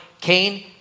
Cain